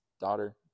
daughter